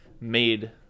made